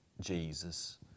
Jesus